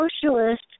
socialist